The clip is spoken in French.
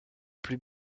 plus